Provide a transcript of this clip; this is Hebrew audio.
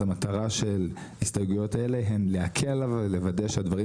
אז המטרה של הסתייגויות האלה היא להקל עליו ולוודא שהדברים